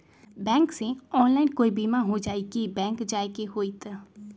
Bank से online कोई बिमा हो जाई कि बैंक जाए के होई त?